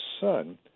Son